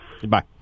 Goodbye